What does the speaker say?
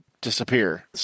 disappear